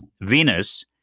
venus